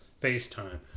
FaceTime